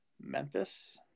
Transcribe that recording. Memphis